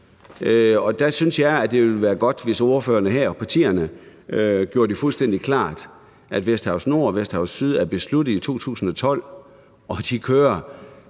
Og der synes jeg, at det ville være godt, hvis ordførerne og partierne her gjorde det fuldstændig klart, at Vesterhav Nord og Vesterhav Syd er blevet besluttet i 2012, og at de kører.